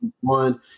one